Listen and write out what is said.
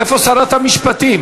איפה שרת המשפטים?